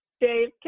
Dave